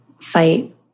fight